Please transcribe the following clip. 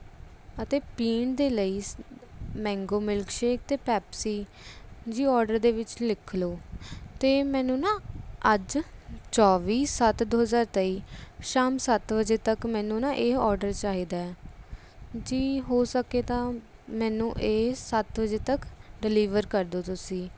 ਅਤੇ ਪੀਣ ਦੇ ਲਈ ਮੈਂਗੋ ਮਿਲਕ ਸ਼ੇਕ ਅਤੇ ਪੈਪਸੀ ਜੀ ਆਰਡਰ ਦੇ ਵਿੱਚ ਲਿਖ ਲਵੋ ਅਤੇ ਮੈਨੂੰ ਨਾ ਅੱਜ ਚੌਵੀ ਸੱਤ ਦੋ ਹਜ਼ਾਰ ਤੇਈ ਸ਼ਾਮ ਸੱਤ ਵਜੇ ਤੱਕ ਮੈਨੂੰ ਨਾ ਇਹ ਆਰਡਰ ਚਾਹੀਦਾ ਹੈ ਜੀ ਹੋ ਸਕੇ ਤਾਂ ਮੈਨੂੰ ਇਹ ਸੱਤ ਵਜੇ ਤੱਕ ਡਿਲੀਵਰ ਕਰ ਦਿਉ ਤੁਸੀਂ